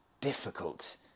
difficult